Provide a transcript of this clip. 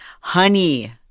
honey